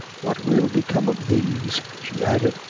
what will become of these? she added,